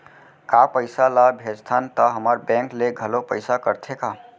का पइसा ला भेजथन त हमर बैंक ले घलो पइसा कटथे का?